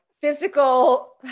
physical